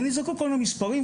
ונזרקו כל המספרים,